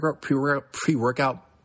pre-workout